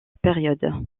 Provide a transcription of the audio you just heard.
période